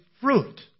fruit